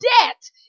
debt